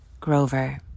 Grover